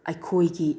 ꯑꯩꯈꯣꯏꯒꯤ